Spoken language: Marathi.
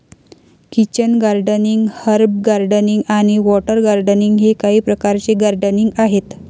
किचन गार्डनिंग, हर्ब गार्डनिंग आणि वॉटर गार्डनिंग हे काही प्रकारचे गार्डनिंग आहेत